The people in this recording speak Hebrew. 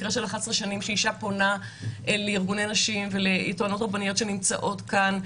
מקרה של 11 שנים שאישה פונה אל ארגוני נשים וטוענות רבניות שנמצאות כאן,